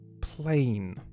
plain